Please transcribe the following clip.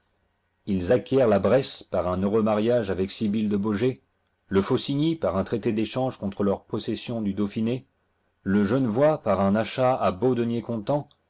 ils acquièrent la bresse par un heureux mariage digitized by google avec sibillc de beaugé le faucigny par un traité d'échange contre leurs possessions du dauphiné le genevois par un achat à beaux deniers